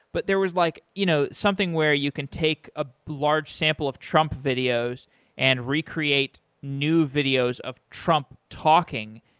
but there was like you know something where you can take a large sample of trump videos and recreate new videos of trump talking.